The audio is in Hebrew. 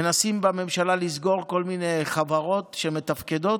מנסים בממשלה לסגור כל מיני חברות שמתפקדות.